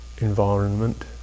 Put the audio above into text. environment